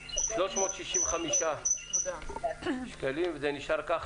365 שקלים, וזה נשאר כך.